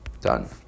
Done